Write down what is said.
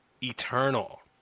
Eternal